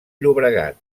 llobregat